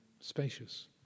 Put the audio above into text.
spacious